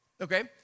okay